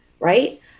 Right